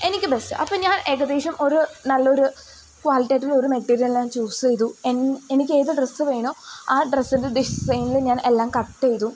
എനിക്ക് ബെസ്റ്റ് അപ്പം ഞാൻ ഏകദേശം ഒരു നല്ലൊരു ക്വാളിറ്റി ആയിട്ടുള്ളൊരു മെറ്റീരിയൽ ഞാൻ ചൂസ് ചെയ്തു എൻ എനിക്ക് ഏതു ഡ്രസ്സ് വേണോ ആ ഡ്രസ്സിൻ്റെ ഡിസൈനിൽ ഞാൻ എല്ലാം കട്ട് ചെയ്തു